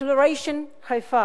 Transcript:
Haifa Declaration.